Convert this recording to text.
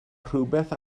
rhywbeth